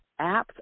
apps